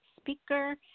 speaker